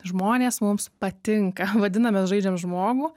žmonės mums patinka vadiname žaidžiam žmogų